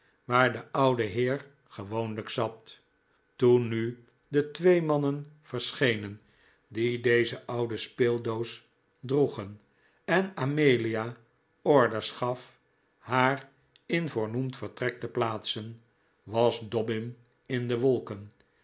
waar de oude heer gewoonlijk zat toen nu de twee mannen verschenen die deze oude speeldoos droegen en amelia orders gaf haar in voornoemd vertrek te plaatsen was dobbin in de wolken